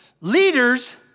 Leaders